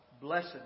Blessed